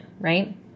right